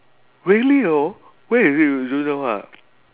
really though where is it you don't know ha